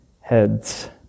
heads